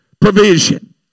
provision